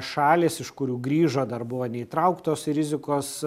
šalys iš kurių grįžo dar buvo neįtrauktos į rizikos